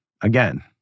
again